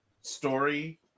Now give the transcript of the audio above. story